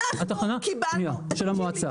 אנחנו קיבלנו -- של המועצה.